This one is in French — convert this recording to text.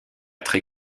très